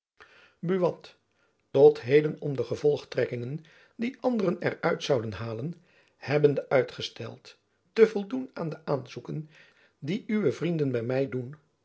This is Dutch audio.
tot heden om de gevolgtrekkingen die anderen er uit zouden halen hebbende uitgesteld te voldoen aan de aanzoeken die uwe vrienden by my doen